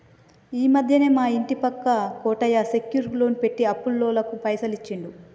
ఈ మధ్యనే మా ఇంటి పక్క కోటయ్య సెక్యూర్ లోన్ పెట్టి అప్పులోళ్లకు పైసలు ఇచ్చిండు